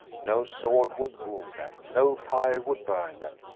no sword would wound them, no fire would burn them,